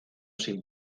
sin